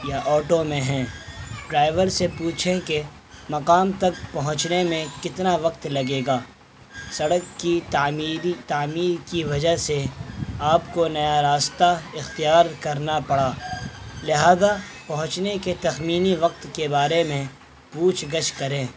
یا آٹو میں ہیں ڈرائیور سے پوچھیں کہ مقام تک پہنچنے میں کتنا وقت لگے گا سڑک کی تعمیری تعمیر کی وجہ سے آپ کو نیا راستہ اختیار کرنا پڑا لہذا پہنچنے کے تخمینی وقت کے بارے میں پوچھ گچھ کریں